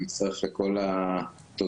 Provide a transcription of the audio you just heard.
אני מצטרף לכל התודות,